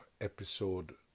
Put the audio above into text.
episode